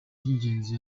by’ingenzi